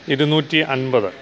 ഇരുന്നൂറ്റി അൻപത്